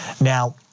now